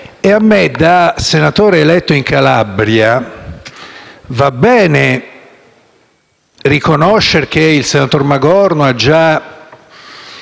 A me, da senatore eletto in Calabria, va bene riconoscere che il senatore Magorno ha già